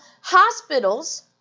hospitals